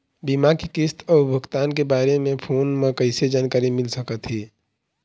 बीमा के किस्त अऊ भुगतान के बारे मे फोन म कइसे जानकारी मिल सकत हे?